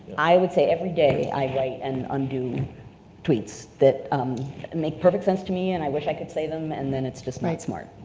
i would say everyday, i write and undo tweets that make perfect sense to me and i wish i could say them, and then it's just not smart.